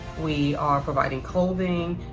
we are providing clothing,